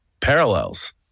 Parallels